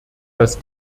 dass